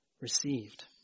received